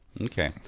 Okay